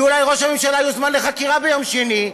כי אולי ראש הממשלה יוזמן לחקירה ביום שני,